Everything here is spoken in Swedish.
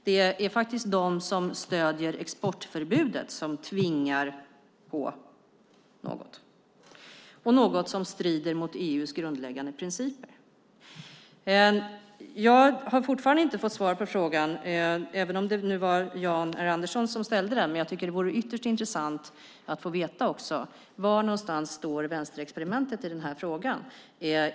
Det är faktiskt de som stöder exportförbudet som tvingar på någon något, och det är något som strider mot EU:s grundläggande principer. Det har fortfarande inte kommit något svar på frågan som Jan R Andersson ställde, och jag tycker att det vore ytterst intressant att få veta var någonstans som vänsterexperimentet står i den här frågan.